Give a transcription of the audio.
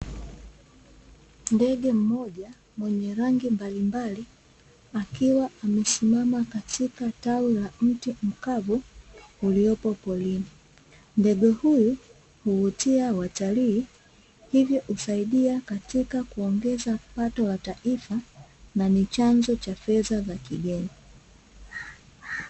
Ndege moja mwenye rangi mbalimbali akiwa amesimama katika tawi la mti mkavu uliopo porini, ndege huyu huvutia watalii hivyo huvutia watalii na ni chanzo cha fedha za kigeni.